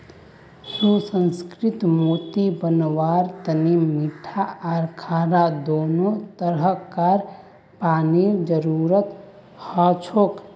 सुसंस्कृत मोती बनव्वार तने मीठा आर खारा दोनों तरह कार पानीर जरुरत हछेक